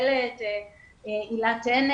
בחינוך העל יסודי בקביעות כבר כמה שנים,